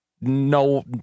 no